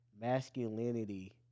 masculinity